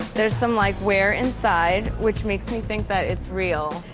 there's some, like, wear inside, which makes me think that it's real.